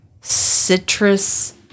citrus